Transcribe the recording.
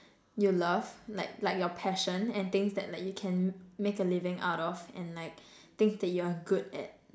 you love like like your passion and things that like you can make a living out of and like things that you're good at